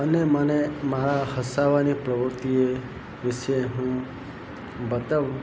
અને મને મારા હસાવવાની પ્રવૃત્તિ એ વિષે હું બતાવું